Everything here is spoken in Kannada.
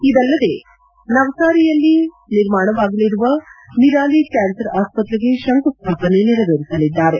ಇದಲ್ಲದೆ ನವ್ದಾರಿಯಲ್ಲಿ ನಿರ್ಮಾಣವಾಗಲಿರುವ ನಿರಾಲಿ ಕ್ಲಾನ್ಸರ್ ಆಸ್ತ್ರೆಗೆ ಶಂಕು ಸ್ಲಾಪನೆ ನೆರವೇರಿಸಲಿದ್ದಾರೆ